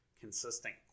consistent